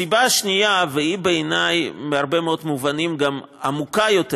הסיבה השנייה היא בעיניי מהרבה מאוד מובנים גם עמוקה יותר,